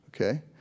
okay